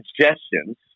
suggestions